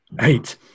Eight